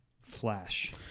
Flash